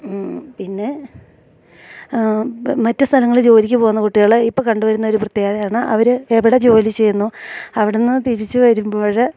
പിന്നെ മറ്റ് സ്ഥലങ്ങള് ജോലിക്ക് പോകുന്ന കുട്ടികള് ഇപ്പം കണ്ടുവരുന്ന ഒരു പ്രത്യേകയാണ് അവര് എവിടെ ജോലി ചെയ്യുന്നു അവിടുന്ന് തിരിച്ച് വരുമ്പോഴ്